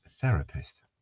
therapist